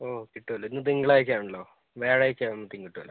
ഓ കിട്ടുമല്ലോ ഇന്ന് തിങ്കളാഴ്ച്ചയാണല്ലോ വ്യാഴായ്ച്ച ആവുമ്പോഴേക്കും കിട്ടുമല്ലോ